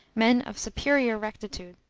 men of superior rectitude.